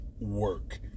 work